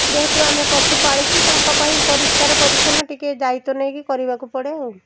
ଯେହେତୁ ଆମେ ପଶୁ ପାଳିଛୁ ତାଙ୍କ ପାଇଁ ପରିଷ୍କାର ପରିଚ୍ଛନ୍ନ ଟିକିଏ ଦାୟିତ୍ୱ ନେଇକି କରିବାକୁ ପଡ଼େ ଆଉ